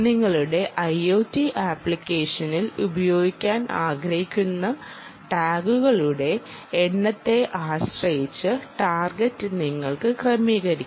നിങ്ങളുടെ IoT ആപ്ലിക്കേഷനിൽ ഉപയോഗിക്കാൻ ആഗ്രഹിക്കുന്ന ടാഗുകളുടെ എണ്ണത്തെ ആശ്രയിച്ച് ടാർഗറ്റ് നിങ്ങൾ ക്രമീകരിക്കണം